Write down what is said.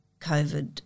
covid